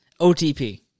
OTP